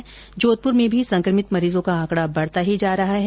इधर जोधपुर में भी संक्रमित मरीजों का आंकडा बढता ही जा रहा है